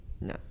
No